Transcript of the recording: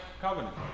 Covenant